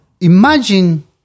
Imagine